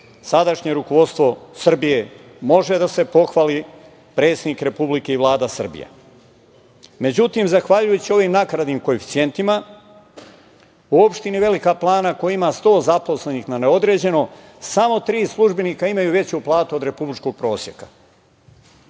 sadašnje rukovodstvo Srbije može da se pohvali, predsednik Republike i Vlada Srbije.Međutim, zahvaljujući ovim nakaradnim koeficijentima, u opštini Velika Plana koja ima 100 zaposlenih na neodređeno, samo tri službenika imaju veću platu od republičkog proseka.